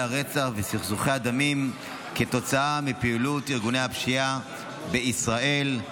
הרצח וסכסוכי הדמים כתוצאה מפעילות ארגוני הפשיעה בישראל,